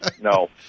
No